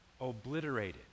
obliterated